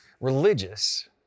religious